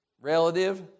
relative